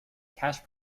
cash